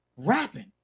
Rapping